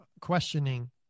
questioning